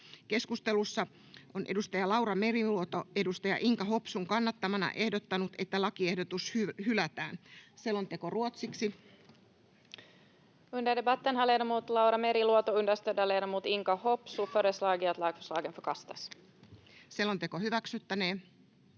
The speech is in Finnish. Keskustelussa edustaja Laura Meriluoto on edustaja Inka Hopsun kannattamana ehdottanut, että lakiehdotukset hylätään. — Selonteko ruotsiksi. [Speech 5] Speaker: